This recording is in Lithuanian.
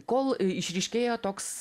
kol išryškėja toks